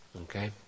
Okay